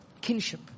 kinship